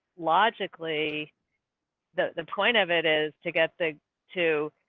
logically the the point of it is to get the two.